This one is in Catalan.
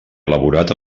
elaborat